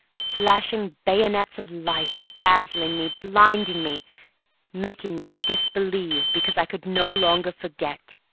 flashing bayonets of light, dazzling me blinding me making me disbelieve because i could no longer forget.